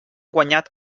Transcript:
guanyat